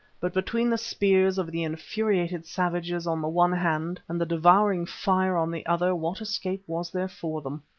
but between the spears of the infuriated savages on the one hand and the devouring fire on the other what escape was there for them?